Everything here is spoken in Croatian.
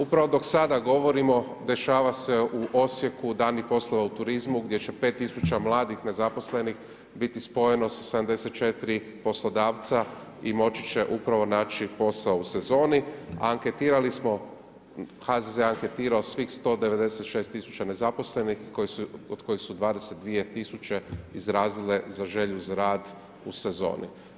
Upravo dok sada govorimo, dešava se u Osijeku, dani poslova u turizmu, gdje će 5000 mladih, nezaposlenih, biti spojeno sa 74 poslodavca i moći će upravo naći posao u sezoni, a anketirali smo, HZZ je anketirao svih 196000 nezaposlenih, od kojih su 22000 izrazile za želju za rad u sezoni.